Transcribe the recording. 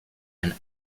and